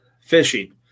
fishing